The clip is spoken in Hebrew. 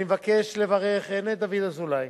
אני מבקש לברך הן את דוד אזולאי